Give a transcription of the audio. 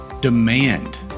Demand